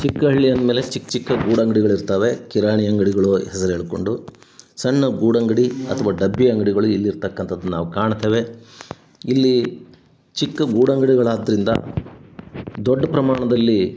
ಚಿಕ್ಕ ಹಳ್ಳಿ ಅಂದ ಮೇಲೆ ಚಿಕ್ಕ ಚಿಕ್ಕ ಗೂಡಂಗಡಿಗಳಿರ್ತವೆ ಕಿರಾಣಿ ಅಂಗಡಿಗಳು ಹೆಸ್ರು ಹೇಳಿಕೊಂಡು ಸಣ್ಣ ಗೂಡಂಗಡಿ ಅಥವಾ ಡಬ್ಬಿ ಅಂಗಡಿಗಳು ಇಲ್ಲಿರ್ತಕ್ಕಂಥದ್ದು ನಾವು ಕಾಣ್ತೇವೆ ಇಲ್ಲಿ ಚಿಕ್ಕ ಗೂಡಂಗಡಿಗಳಾದ್ದರಿಂದ ದೊಡ್ಡ ಪ್ರಮಾಣದಲ್ಲಿ